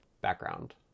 background